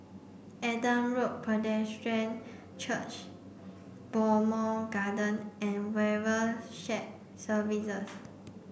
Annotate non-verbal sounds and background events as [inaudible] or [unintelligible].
Adam Road Presbyterian Church Bowmont Gardens and [unintelligible] Shared Services